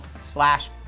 slash